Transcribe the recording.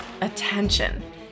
attention